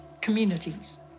communities